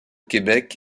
québec